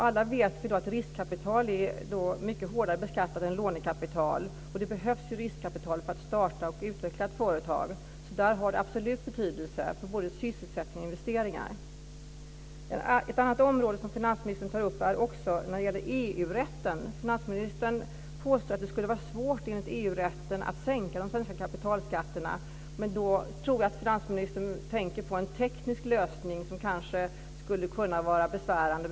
Alla vet att riskkapital är mycket hårdare beskattat än lånekapital. Det behövs riskkapital för att starta och utveckla ett företag. Där har det absolut betydelse för både sysselsättning och investeringar. Ett annat område som finansministern tar upp gäller EU-rätten. Finansministern påstår att det skulle vara svårt enligt EU-rätten att sänka de svenska kapitalskatterna. Då tror jag att finansministern tänker på en teknisk lösning, som kanske skulle kunna vara besvärande.